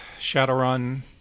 Shadowrun